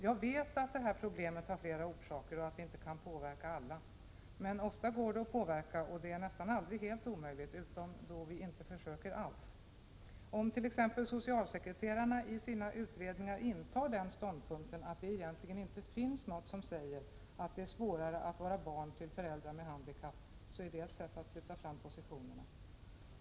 Jag vet att detta problem har flera orsaker och att vi inte kan påverka alla. Men ofta går det att påverka, och det är nästan aldrig helt omöjligt — utom då vi inte alls försöker. Om t.ex. socialsekreterarna i sina utredningar intar den ståndpunkten att det egentligen inte finns något som säger att det är svårare att vara barn till föräldrar med handikapp, så är detta ett sätt att flytta fram positionerna.